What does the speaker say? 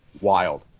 wild